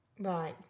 Right